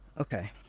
Okay